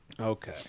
Okay